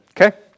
Okay